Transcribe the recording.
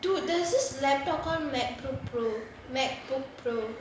dude there's this laptop called Macbook Pro Macbook Pro